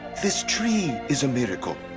this tree is a miracle,